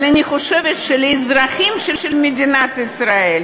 אבל אני חושבת שלאזרחים של מדינת ישראל,